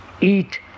eat